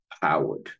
powered